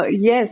Yes